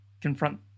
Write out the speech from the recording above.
confront